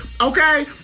okay